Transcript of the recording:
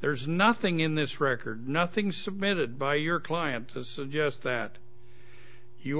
there's nothing in this record nothing submitted by your client just that you